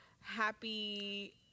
Happy